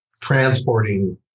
transporting